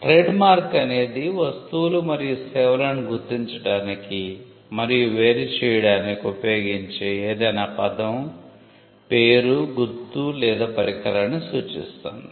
trademark అనేది వస్తువులు మరియు సేవలను గుర్తించడానికి మరియు వేరు చేయడానికి ఉపయోగించే ఏదైనా పదం పేరు గుర్తు లేదా పరికరాన్ని సూచిస్తుంది